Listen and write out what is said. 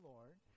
Lord